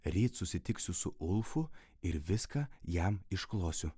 ryt susitiksiu su ulfu ir viską jam išklosiu